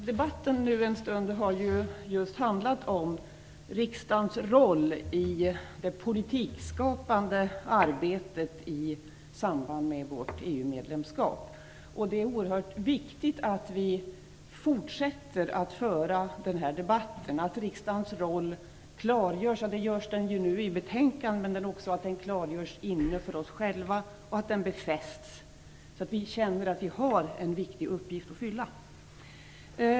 Fru talman! Debatten har handlat om just riksdagens roll i det politikskapande arbetet i samband med vårt EU-medlemskap. Det är oerhört viktigt att vi fortsätter att föra denna debatt och att riksdagens roll klargörs. Det görs visserligen i betänkandet, men den måste också klargöras för oss själva och befästas, så att vi känner att vi har en viktig uppgift att fylla.